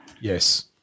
Yes